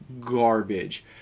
garbage